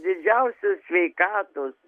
didžiausios sveikatos